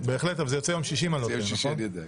בהחלט, אבל זה יוצא ביום שישי אם אני לא טועה,